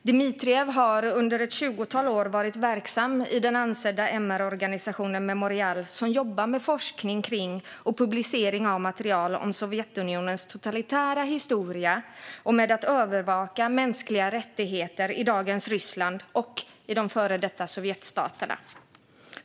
Dmitrijev har under ett tjugotal år varit verksam i den ansedda MR-organisationen Memorial, som jobbar med forskning kring och publicering av material om Sovjetunionens totalitära historia och med att övervaka mänskliga rättigheter i dagens Ryssland och i de före detta Sovjetstaterna.